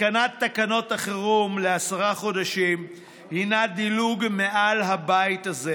התקנת תקנות החירום לעשרה חודשים היא דילוג מעל הבית הזה.